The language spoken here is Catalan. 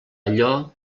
allò